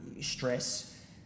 stress